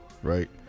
Right